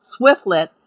swiftlet